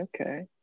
okay